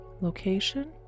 Location